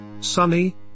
sunny